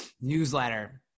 newsletter